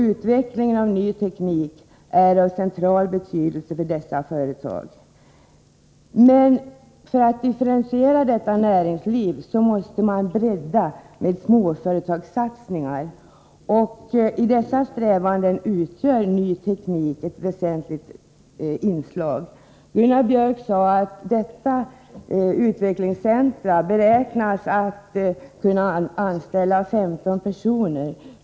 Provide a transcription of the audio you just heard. Utveckling av ny teknik är av central betydelse för dessa företag. Men för att motivera denna struktur måste man bredda med småföretagssatsningar, och i dessa strävanden utgör ny teknik ett väsentligt inslag. Gunnar Björk i Gävle sade att detta utvecklingscentrum beräknas kunna anställa bara 15 personer.